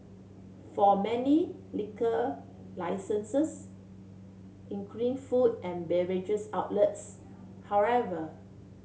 for many liquor licensees including food and beverages outlets however